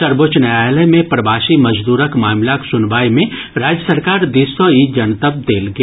सर्वोच्च न्यायालय मे प्रवासी मजदूरक मामिलाक सुनवाई मे राज्य सरकार दिस सँ ई जनतब देल गेल